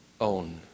own